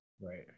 right